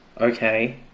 Okay